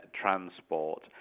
transport